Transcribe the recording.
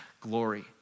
glory